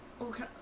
okay